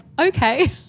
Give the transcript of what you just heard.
Okay